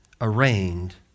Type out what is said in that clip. arraigned